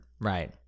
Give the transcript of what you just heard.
right